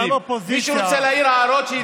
מי שרוצה להעיר הערות,